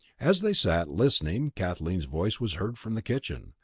as they sat listening kathleen's voice was heard from the kitchen,